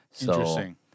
Interesting